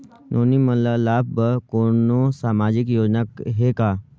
नोनी मन ल लाभ बर कोनो सामाजिक योजना हे का?